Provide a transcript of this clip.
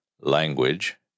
Language